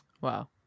Wow